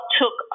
took